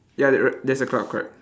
ya there err there's a cloud correct